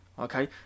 okay